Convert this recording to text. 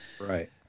Right